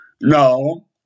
No